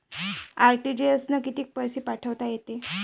RTGS न कितीक पैसे पाठवता येते?